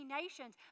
nations